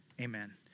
amen